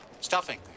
Stuffing